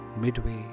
midway